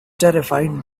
terrified